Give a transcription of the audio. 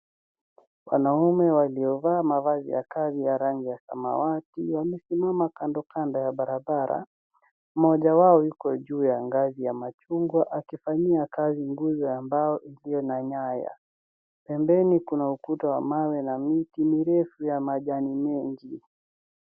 Wanaume waliovaa mavazi ya kazi ya rangi ya samawati wamesimama kando ya bara bara mmoja wao yuko juu ya ngazi ya machungwa akifanyia kazi nguzo ya mbao iliyo na nyaya pembeni kuna ukuta wa mawe na miti mirefu ya majani mengi